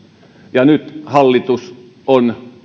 ja nyt hallitus on